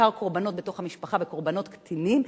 בעיקר קורבנות בתוך המשפחה וקורבנות קטינים,